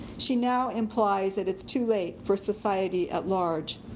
she now implies that it's too late for society at large.